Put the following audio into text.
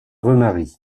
remarie